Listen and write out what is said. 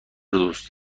دوست